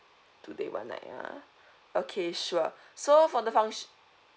two day one night ah okay sure so for the function